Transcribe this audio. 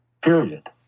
period